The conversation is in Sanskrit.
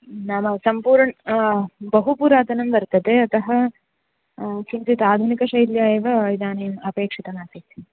नाम सम्पूर्णं बहु पुरातनं वर्तते अतः किञ्चिताधुनिकशैल्याम् एव इदानीम् अपेक्षितमासीत्